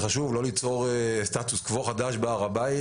חשוב לא ליצור סטטוס קוו חדש בהר הבית